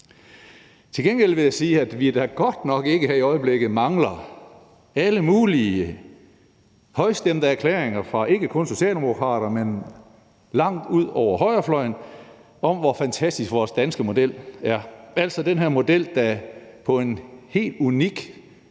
Til gengæld vil jeg sige, at vi da godt nok ikke her i øjeblikket mangler alle mulige højstemte erklæringer, ikke kun fra socialdemokrater, men langt ud på højrefløjen, om, hvor fantastisk vores danske model er – altså den her model, der på en helt unik,